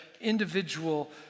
individual